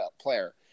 player